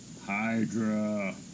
Hydra